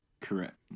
Correct